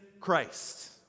Christ